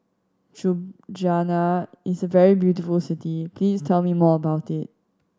Ljubljana is a very beautiful city please tell me more about it